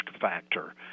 factor